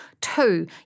Two